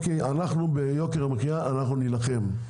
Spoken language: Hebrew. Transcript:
ביוקר המחיה אנחנו נילחם,